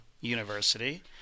University